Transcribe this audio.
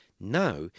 Now